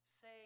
Say